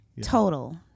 Total